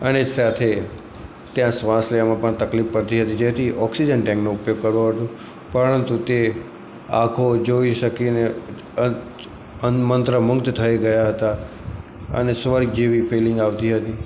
અને સાથે ત્યાં શ્વાસ લેવામાં પણ તકલીફ પડતી હતી જેથી ઑક્સિજન ટેન્કનો ઉપયોગ કરવો હતો પરંતુ તે આંખો જોઈ શકીને અને મંત્રમુગ્ધ થઈ ગયા હતા અને સ્વર્ગ જેવી ફીલિંંગ આવતી હતી